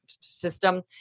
system